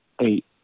eight